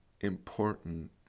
important